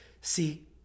See